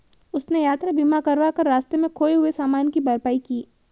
उसने यात्रा बीमा करवा कर रास्ते में खोए हुए सामान की भरपाई की